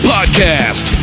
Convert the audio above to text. Podcast